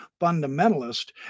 fundamentalist